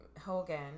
hogan